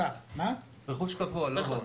רכוש קבוע, לא הון.